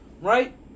right